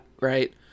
right